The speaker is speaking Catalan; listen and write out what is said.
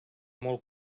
molt